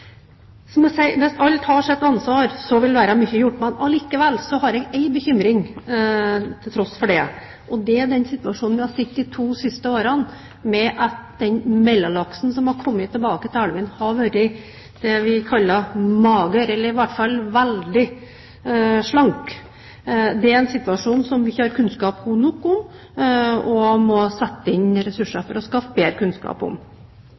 tar sitt ansvar, vil mye være gjort. Men allikevel har jeg en bekymring. Det er den situasjonen vi har hatt de to siste årene der mellomlaksen som har kommet tilbake til elvene, har vært det vi kaller mager, eller i hvert fall veldig slank. Det er en situasjon vi ikke har kunnskap nok om, og som vi må sette inn ressurser for skaffe bedre kunnskap om.